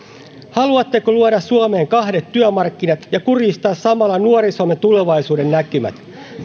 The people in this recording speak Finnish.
haluatteko luoda suomeen kahdet työmarkkinat ja kurjistaa samalla nuorisomme tulevaisuudennäkymät